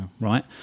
right